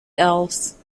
else